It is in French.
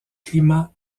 climat